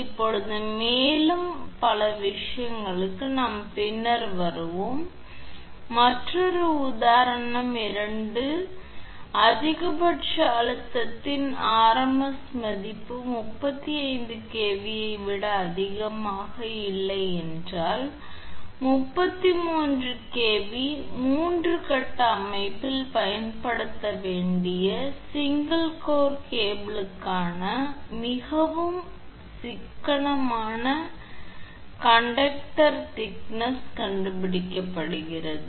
இப்போது மேலும் விஷயம் நாம் பின்னர் வருவோம் இப்போது மற்றொரு உதாரணம் 2 அதிகபட்ச அழுத்தத்தின் RMS மதிப்பு 35 KV ஐ விட அதிகமாக இல்லை என்றால் 33KV 3 கட்ட அமைப்பில் பயன்படுத்தப்பட வேண்டிய சிங்கள் கோர் கேபிள்களுக்கான மிகவும் சிக்கனமான கண்டக்டர் திக்னெஸ் கண்டுபிடிக்கப்படுகிறது